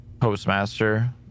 Postmaster